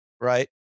right